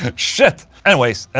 ah shit anyways,